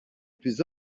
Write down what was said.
plus